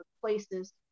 places